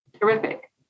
terrific